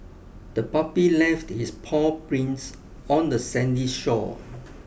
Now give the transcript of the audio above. the puppy left its paw prints on the sandy shore